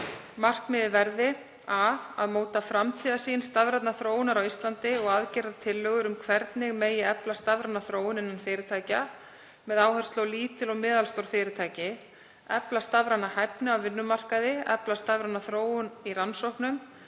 Markmiðið verði: a. að móta framtíðarsýn stafrænnar þróunar á Íslandi og aðgerðatillögur um hvernig megi efla stafræna þróun innan fyrirtækja, með áherslu á lítil og meðalstór fyrirtæki, efla stafræna hæfni á vinnumarkaði, efla stafræna þróun í rannsóknum,